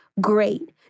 Great